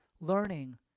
Learning